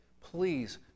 Please